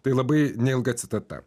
tai labai neilga citata